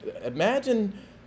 imagine